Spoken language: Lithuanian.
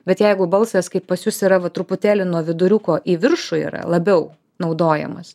bet jeigu balsas kaip pas jus yra va truputėlį nuo viduriuko į viršų yra labiau naudojamas